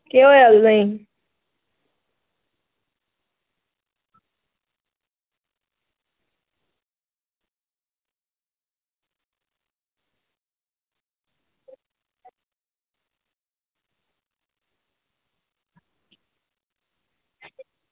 केह् होआ तुसें ई